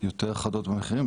יותר חדות במחירים,